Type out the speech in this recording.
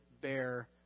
bear